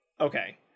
okay